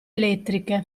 elettriche